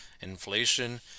inflation